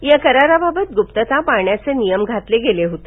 या करारबाबत गुप्तता पाळण्याचे नियम घातले गेले होते